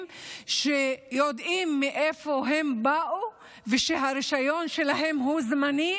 שיודעים מאיפה הם באו ושהרישיון שלהם זמני,